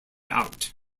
out